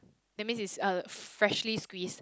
that's means it's uh freshly squeezed